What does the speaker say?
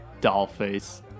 dollface